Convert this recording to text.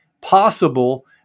possible